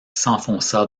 s’enfonça